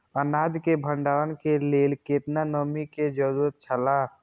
अनाज के भण्डार के लेल केतना नमि के जरूरत छला?